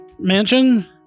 mansion